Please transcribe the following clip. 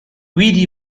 guidi